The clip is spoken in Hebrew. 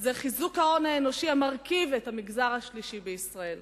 חיזוק ההון האנושי המרכיב את המגזר השלישי בישראל.